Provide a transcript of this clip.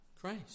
Christ